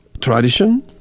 tradition